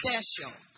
special